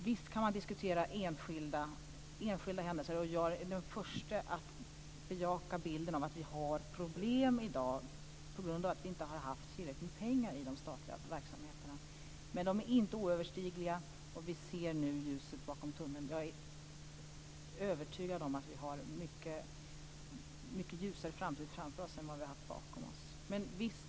Visst kan man diskutera enskilda händelser, och jag är den första att bejaka bilden av att vi har problem i dag på grund av att vi inte har haft tillräckligt med pengar i de statliga verksamheterna. Men de är inte oöverstigliga, och vi ser nu ljuset i tunneln. Jag är övertygad om att vi har en mycket ljusare tid framför oss än vad vi har haft bakom oss.